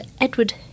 Edward